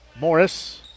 Morris